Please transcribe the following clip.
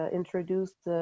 introduced